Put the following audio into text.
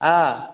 हँ